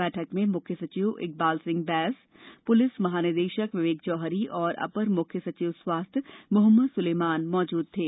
बैठक में मुख्य सचिव इकबाल सिंह बैंस पुलिस महानिदेशक विवेक जौहरी और अपर मुख्य सचिव स्वास्थ्य मोहम्मद सुलेमान उपस्थित थे